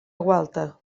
gualta